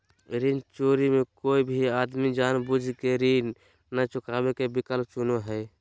ऋण चोरी मे कोय भी आदमी जानबूझ केऋण नय चुकावे के विकल्प चुनो हय